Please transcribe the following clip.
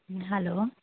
hello